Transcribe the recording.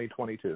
2022